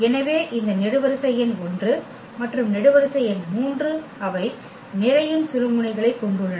எனவே இந்த நெடுவரிசை எண் 1 மற்றும் நெடுவரிசை எண் 3 அவை நிரையின் சுழுமுனைகளைக் கொண்டுள்ளன